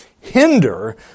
hinder